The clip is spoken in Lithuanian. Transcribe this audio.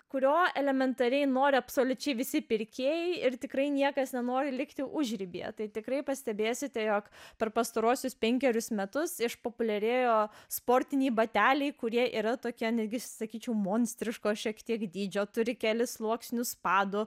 kurio elementariai nori absoliučiai visi pirkėjai ir tikrai niekas nenori likti užribyje tai tikrai pastebėsite jog per pastaruosius penkerius metus išpopuliarėjo sportiniai bateliai kurie yra tokia netgi sakyčiau monstriško šiek tiek dydžio turi kelis sluoksnius pado